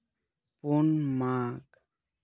ᱯᱩᱱ ᱢᱟᱜᱽ